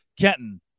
Kenton